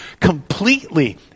completely